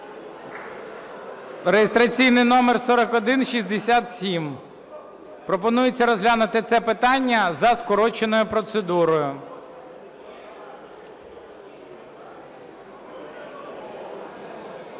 Реєстраційний номер 4167, пропонується розглянути це питання за скороченою процедурою.